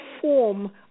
form